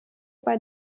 bei